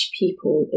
people